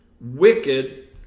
wicked